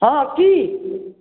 हँ की